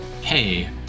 hey